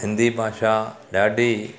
सिंधी भाषा ॾाढी